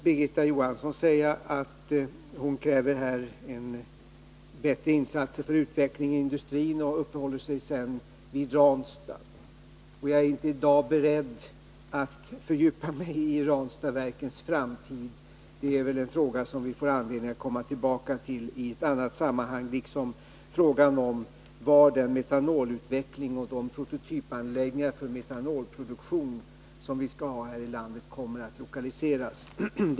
Birgitta Johansson krävde bättre insatser för utveckling inom industrin och uppehöll sig sedan vid Ranstad. Jag är inte i dag beredd att fördjupa mig i frågan om Ranstadverkens framtid. Det är en fråga som vi får anledning att komma tillbaka till i ett annat sammanhang. Detsamma gäller frågan vart den metanolutveckling och de prototypanläggningar för metanolproduktion som vi skall ha här i landet kommer att lokaliseras.